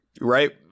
right